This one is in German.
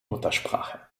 muttersprache